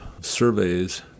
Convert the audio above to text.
surveys